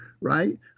right